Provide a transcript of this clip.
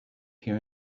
here